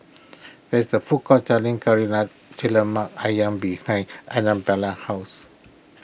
there is a food court selling Lari Lemak Ayam behind Anabella's house